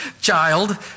child